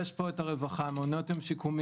יש פה את הרווחה, המעונות הם שיקומיים,